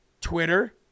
Twitter